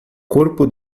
corpo